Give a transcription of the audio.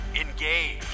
Engage